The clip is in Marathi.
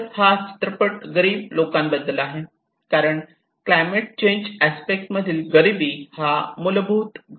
तर हा चित्रपट गरीब लोकांबद्दल आहे कारण क्लायमेट चेंज अस्पेक्ट मध्ये गरीबी हा मूलभूत घटक आहे